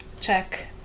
check